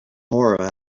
horror